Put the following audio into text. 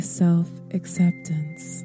self-acceptance